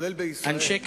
גם בישראל, אנשי קדימה,